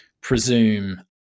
presume